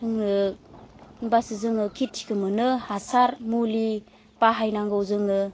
जोङो होमब्लासो जोङो खिथिखो मोनो हासार मुलि बाहायनांगौ जोङो